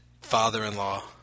father-in-law